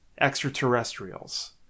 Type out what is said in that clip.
extraterrestrials